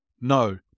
No